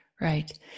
Right